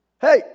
Hey